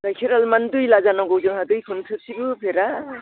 गायखेरालाय मानो दैला जानांगौ जोंहा दैखौनो थोबसेबो होफेरा